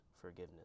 forgiveness